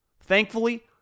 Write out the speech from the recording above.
Thankfully